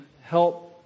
help